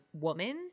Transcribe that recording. woman